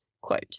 quote